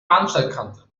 bahnsteigkante